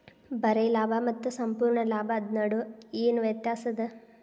ಬರೆ ಲಾಭಾ ಮತ್ತ ಸಂಪೂರ್ಣ ಲಾಭದ್ ನಡು ಏನ್ ವ್ಯತ್ಯಾಸದ?